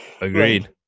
Agreed